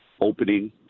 opening